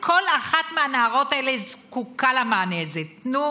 מצופה ממך לדייק בנתונים, לפחות.